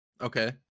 Okay